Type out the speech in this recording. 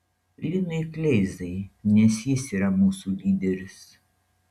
linui kleizai nes jis yra mūsų lyderis